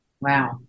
Wow